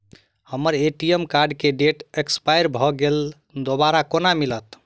हम्मर ATM card केँ date expire भऽ गेल दोबारा कोना मिलत?